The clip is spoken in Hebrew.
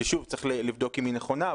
צריך לבדוק אם היא נכונה,